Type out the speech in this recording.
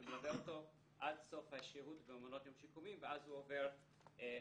זה מלווה אותו עד סוף השהות במעונות יום שיקומיים ואז הוא עובר למשרד